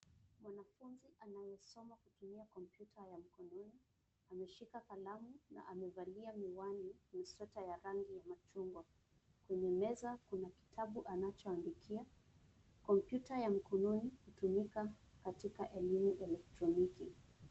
Mwanafunzi anayesoma kutumia kompyuta ya mkononi ameshika kalamu na amevalia miwani na sweta ya rangi ya machungwa. Kwenye meza kuna kitabu anachoandikia. Kompyuta ya mkononi hutumika katika elimu elektroniki.